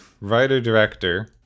writer-director